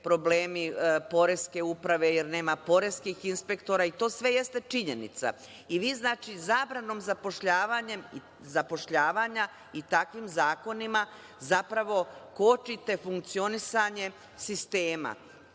problemi poreske uprave jer nema poreskih inspektora i to sve jeste činjenica. Znači, vi zabranom zapošljavanja i takvim zakonima zapravo kočite funkcionisanje sistema,